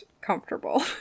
comfortable